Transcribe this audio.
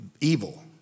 evil